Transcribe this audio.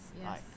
Yes